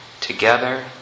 together